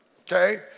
Okay